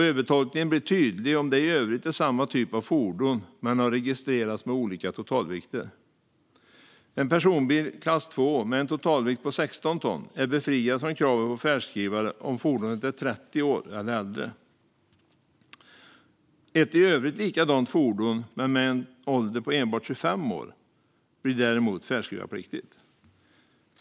Övertolkningen blir tydlig om det i övrigt är samma typ av fordon som har registrerats med olika totalvikter. En personbil i klass II med en totalvikt på sexton ton är befriad från kraven på färdskrivare om fordonet är 30 år eller äldre. Ett i övrigt likadant fordon med en ålder på endast 25 år blir däremot färdskrivarpliktigt.